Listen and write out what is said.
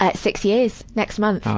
ah six years, next month. oh,